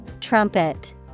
Trumpet